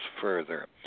further